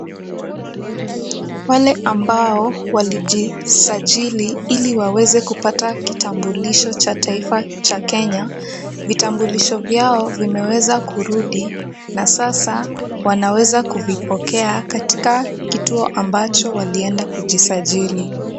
Wale ambao walijisajili ili waweze kupata kitambulisho cha taifa cha Kenya, vitambulisho vyao vimeweza kurudi na sasa wanaweza kuvipokea katika kituo ambacho walienda kujisajili.